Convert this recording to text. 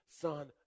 Son